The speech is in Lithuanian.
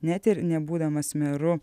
net ir nebūdamas meru